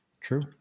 true